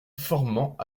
formant